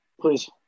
Please